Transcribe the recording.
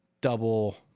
double